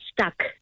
stuck